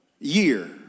year